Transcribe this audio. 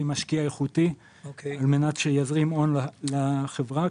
משקיע איכותי על מנת שיזרים הון לחברה.